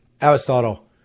Aristotle